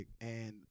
and-